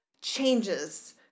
changes